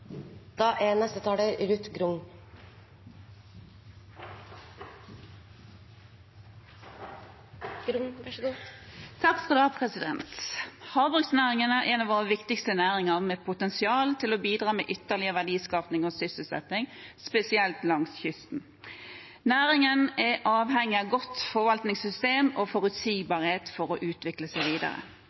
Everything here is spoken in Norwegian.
da trafikklyssystemet trådte i kraft i oktober 2017. Havbruksnæringen er en av våre viktigste næringer med potensial til å bidra med ytterligere verdiskaping og sysselsetting, spesielt langs kysten. Næringen er avhengig av et godt forvaltningssystem og forutsigbarhet for å utvikle seg videre.